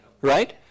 Right